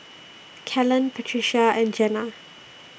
Kellen Patricia and Jena